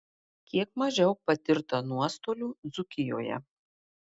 kiek mažiau patirta nuostolių dzūkijoje